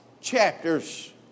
chapters